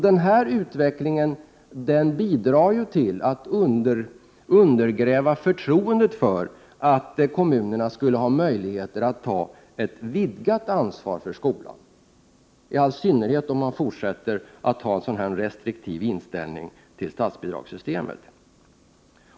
Den här utvecklingen bidrar till att undergräva förtroendet för att kommunerna skulle ha möjligheter att ta ett vidgat ansvar för skolan —i all synnerhet om man fortsätter att ha en sådan restriktiv inställning till statsbidragssystemet.